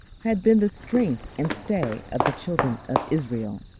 had been the strength and stay of the children of israel.